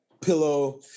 pillow